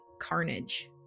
carnage